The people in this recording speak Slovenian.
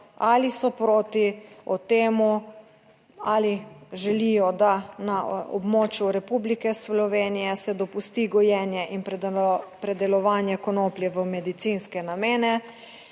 ali so proti o tem ali želijo, da na območju Republike Slovenije se dopusti gojenje in predelovanje konoplje v medicinske namene